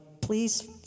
please